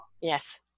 Yes